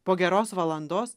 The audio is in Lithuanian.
po geros valandos